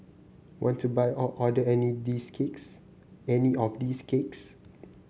want to buy or order any these cakes any of these cakes